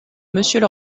monsieur